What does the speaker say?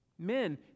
Men